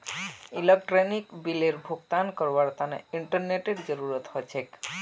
electronic बिलेर भुगतान करवार तने इंटरनेतेर जरूरत ह छेक